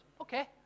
okay